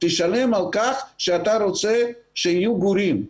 תשלם על כך שאתה רוצה שיהיו גורים.